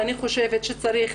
אני חושבת שצריך,